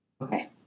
Okay